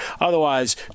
Otherwise